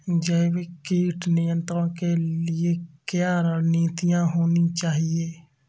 जैविक कीट नियंत्रण के लिए क्या रणनीतियां होनी चाहिए?